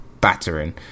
battering